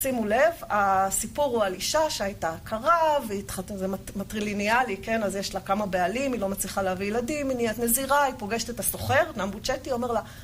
שימו לב, הסיפור הוא על אישה שהייתה קרה והיא התחתנת, זה מטריליניאלי, כן? אז יש לה כמה בעלים, היא לא מצליחה להביא ילדים, היא נהיית נזירה, היא פוגשת את הסוחר, נמבוצ'טי, אומר לה